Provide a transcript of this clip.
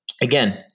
again